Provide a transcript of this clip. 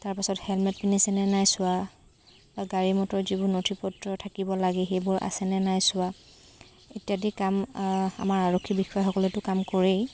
তাৰপাছত হেলমেট পিন্ধিছে নে নাই চোৱা গাড়ী মটৰ যিবোৰ নথি পত্ৰ থাকিব লাগে সেইবোৰ আছে নে নাই চোৱা ইত্যাদি কাম আমাৰ আৰক্ষী বিষয়াসকলেতো কাম কৰেই